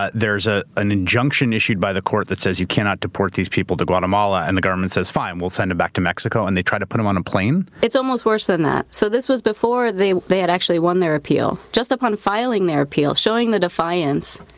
ah there's ah an injunction issued by the court that says you cannot deport these people to guatemala, and the government says, fine, we'll send them back to mexico and they try to put him on a plane? it's almost worse than that. so this was before they they had actually won their appeal, just upon filing their appeal, showing the defiance,